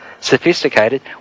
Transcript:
sophisticated